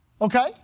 Okay